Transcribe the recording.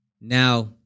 Now